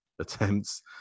attempts